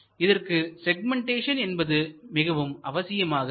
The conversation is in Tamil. இதற்கு செக்மெண்டேஷன் என்பது மிகவும் அவசியமாகிறது